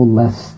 less